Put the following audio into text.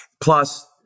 Plus